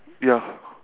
ya